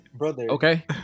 Okay